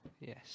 Yes